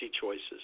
choices